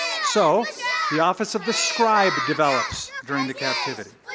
so the office of the scribe develops during the captivity.